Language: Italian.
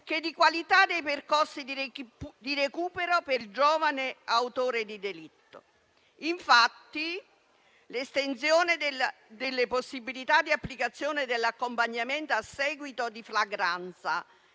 che di qualità dei percorsi di recupero per il giovane autore di delitto. Infatti, l'estensione delle possibilità di applicazione dell'accompagnamento a seguito di flagranza